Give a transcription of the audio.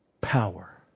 power